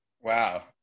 wow